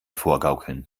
vorgaukeln